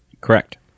Correct